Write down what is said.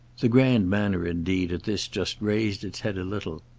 the grand manner indeed at this just raised its head a little.